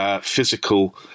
physical